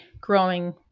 growing